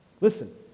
Listen